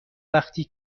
وقتی